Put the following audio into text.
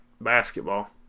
basketball